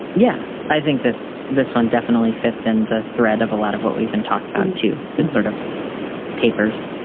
yeah. i think this this one definitely fits in the thread of a lot of what we've been talking about, too. it sort of tapers